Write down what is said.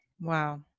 Wow